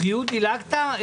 בריאות דילגת?